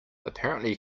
apparently